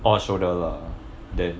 orh shoulder lah then